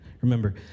Remember